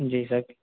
جی سر